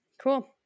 Cool